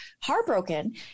heartbroken